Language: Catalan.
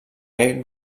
aquest